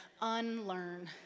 unlearn